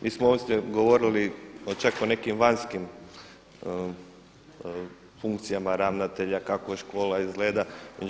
Mi smo ovdje govori čak o nekim vanjskim funkcijama ravnatelja kako škola izgleda.